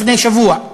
לפני שבוע.